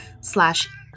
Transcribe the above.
slash